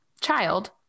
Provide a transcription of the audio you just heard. child